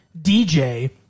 DJ